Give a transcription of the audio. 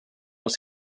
els